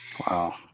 Wow